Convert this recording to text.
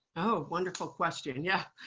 oh, wonderful question. yeah.